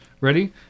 Ready